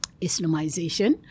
Islamization